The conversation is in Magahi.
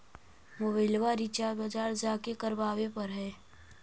मोबाइलवा रिचार्ज बजार जा के करावे पर है?